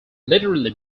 literally